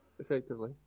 effectively